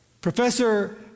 Professor